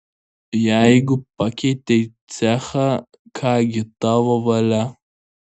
jeigu pakeitei cechą ką gi tavo valia